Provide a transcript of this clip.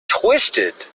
twisted